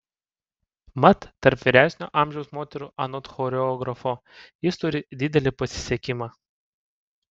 mat tarp vyresnio amžiaus moterų anot choreografo jis turi didelį pasisekimą